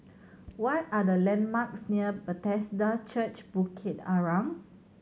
what are the landmarks near Bethesda Church Bukit Arang